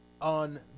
on